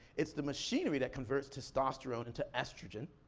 it's the machinery that converts testosterone into estrogen,